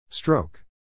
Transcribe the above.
Stroke